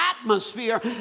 atmosphere